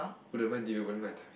wouldn't mind did you my timing